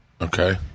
Okay